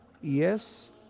Yes